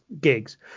gigs